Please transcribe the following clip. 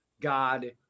God